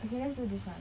okay let's do this one